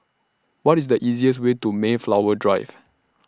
What IS The easiest Way to Mayflower Drive